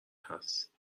هست